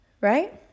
Right